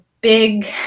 big